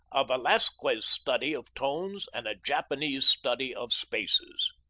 a velasquez study of tones and a japanese study of spaces.